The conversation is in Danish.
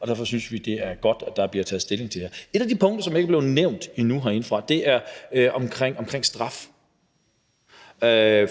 og derfor synes vi, det er godt, at der bliver taget stilling til det. Et af de punkter, som ikke er blevet nævnt herinde endnu, er det om straf.